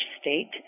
state